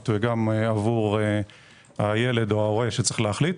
וגם עבור הילד או ההורה שצריך להחליט.